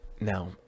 Now